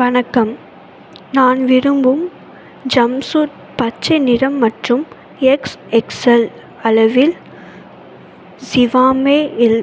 வணக்கம் நான் விரும்பும் ஜம்ப்சூட் பச்சை நிறம் மற்றும் எக்ஸ் எக்ஸ்எல் அளவில் ஜிவாமே இல்